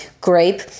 grape